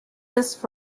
this